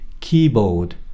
keyboard